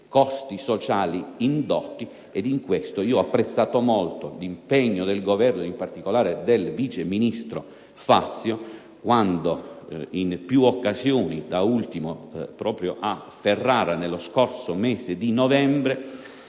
costi sociali indotti. Al riguardo ho molto apprezzato l'impegno del Governo ed, in particolare, del vice ministro Fazio quando in più occasioni, da ultimo a Ferrara nello scorso mese di novembre,